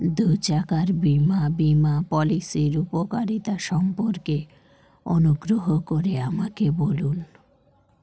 দু চাকার বীমা বীমা পলিসির উপকারিতা সম্পর্কে অনুগ্রহ করে আমাকে বলুন